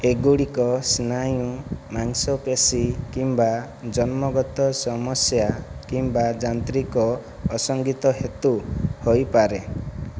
ଏଗୁଡ଼ିକ ସ୍ନାୟୁ ମାଂସପେଶୀ କିମ୍ବା ଜନ୍ମଗତ ସମସ୍ୟା କିମ୍ବା ଯାନ୍ତ୍ରିକ ଅସଙ୍ଗତି ହେତୁ ହୋଇପାରେ